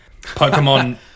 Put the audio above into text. Pokemon